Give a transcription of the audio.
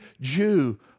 Jew